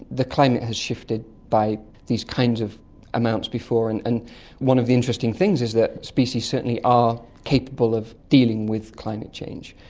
the climate has shifted by these kinds of amounts before. and and one of the interesting things is that species certainly are capable of dealing with climate change.